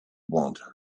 want